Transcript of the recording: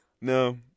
No